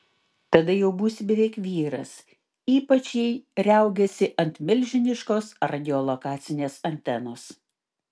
tada jau būsi beveik vyras ypač jei riaugėsi ant milžiniškos radiolokacinės antenos